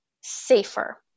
safer